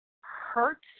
hurts